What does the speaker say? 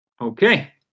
Okay